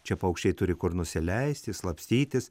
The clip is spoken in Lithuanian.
čia paukščiai turi kur nusileisti slapstytis